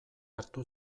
hartu